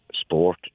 sport